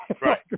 Right